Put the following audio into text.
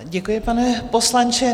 Děkuji, pane poslanče.